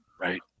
right